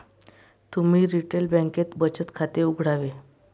तुम्ही रिटेल बँकेत बचत खाते उघडावे